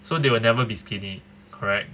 so they will never be skinny correct